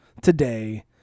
today